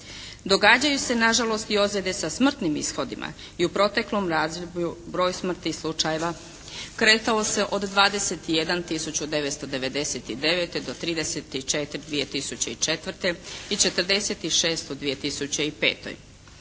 Događaju se nažalost i ozljede sa smrtnim ishodima i u proteklom razdoblju broj smrtnih slučajeva kretao se od 21 tisuću '99. do 34 2004. i 46 u 2005.